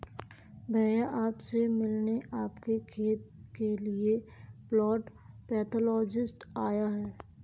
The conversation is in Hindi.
भैया आप से मिलने आपके खेत के लिए प्लांट पैथोलॉजिस्ट आया है